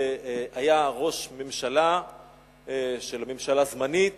והיה ראש ממשלה של ממשלה זמנית